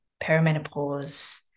perimenopause